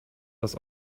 das